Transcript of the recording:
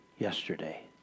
Yesterday